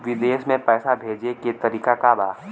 विदेश में पैसा भेजे के तरीका का बा?